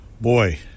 boy